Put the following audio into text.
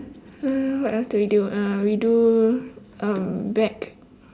uh what else do we do uh we do um back